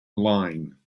line